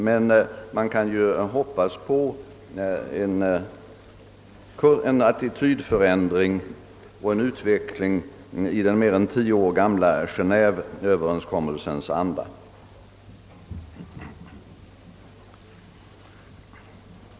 Men man kan ju hoppas på en attitydförändring och en utveckling i den mer än tio år gamla Genéeve-överenskommelsens anda.